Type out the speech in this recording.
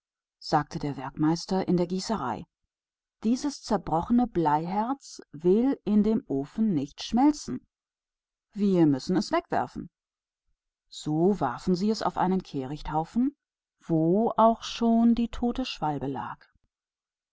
sagte der werkführer in der schmelzhütte dieses gebrochene bleiherz will nicht schmelzen wir müssen es wegwerfen wie es ist so warf man es auf einen kehrichthaufen auf dem auch die tote schwalbe lag